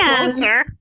closer